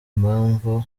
impamvu